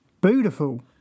Beautiful